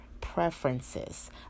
preferences